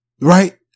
right